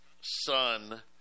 son